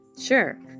Sure